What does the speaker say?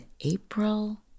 April